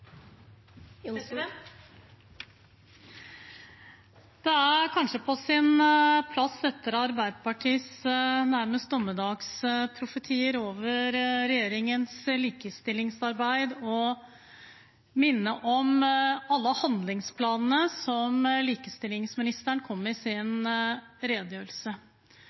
kanskje på sin plass, etter det som var nærmest dommedagsprofetier fra Arbeiderpartiet om regjeringens likestillingsarbeid, å minne om alle handlingsplanene som likestillingsministeren nevnte i sin redegjørelse.